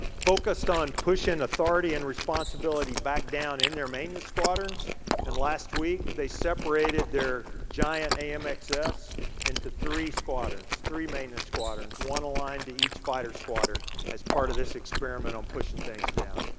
focused on pushing authority and responsibility back down in their maintenance squadrons and last week they separated their giant amxs into three squadrons. three maintenance squadrons. one aligned to each fighter squadron as part of this experiment on pushing things down.